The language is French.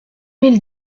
mille